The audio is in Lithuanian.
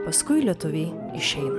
paskui lietuviai išeina